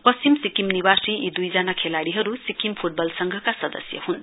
पश्चिम सिक्किम निवासी यी दुईजना खेलाड़ीहरु सिक्किम फुटवल संघ की सदस्य हुन्